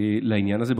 לעניין הזה.